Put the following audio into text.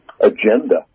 agenda